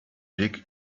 dig